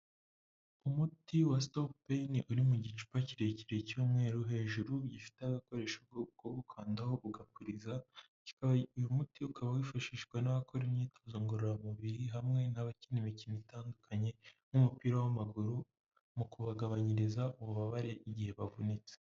Umuti wa sitopu peyini uri mu gicupa kirekire cy'umweru hejuru gifite agakoresho ko gukandaho ugapuriza uyu muti ukaba wifashishwa n'abakora imyitozo ngororamubiri hamwe n'abakina imikino itandukanye n'umupira w'amaguru mu kubagabanyiriza ububabare igihe bavunitse.